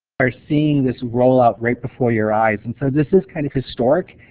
are seeing this roll out right before your eyes. and so this is kind of historic.